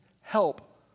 help